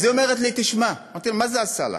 אז היא אומרת לי: תשמע, אמרתי לה: מה זה עשה לך?